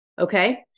Okay